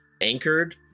anchored